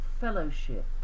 fellowship